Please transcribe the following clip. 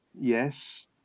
yes